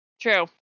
True